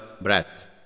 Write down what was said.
breath